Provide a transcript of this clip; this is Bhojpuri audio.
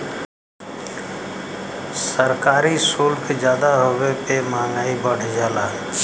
सरकारी सुल्क जादा होले पे मंहगाई बढ़ जाला